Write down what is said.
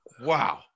Wow